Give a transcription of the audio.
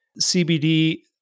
CBD